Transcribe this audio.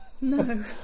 No